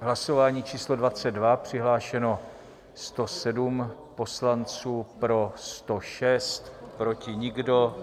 Hlasování číslo 22, přihlášeno 107 poslanců, pro 106, proti nikdo.